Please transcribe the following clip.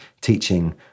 teaching